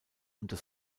unter